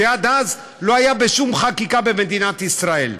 שעד אז לא היה בשום חקיקה במדינת ישראל,